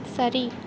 சரி